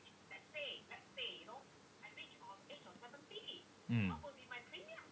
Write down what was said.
mm